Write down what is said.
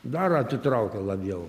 dar atitraukia labiau